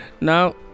Now